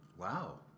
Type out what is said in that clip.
Wow